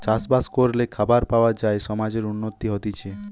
চাষ বাস করলে খাবার পাওয়া যায় সমাজের উন্নতি হতিছে